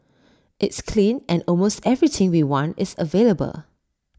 it's clean and almost everything we want is available